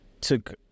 took